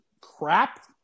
crap